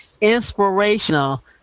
inspirational